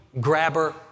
grabber